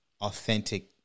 authentic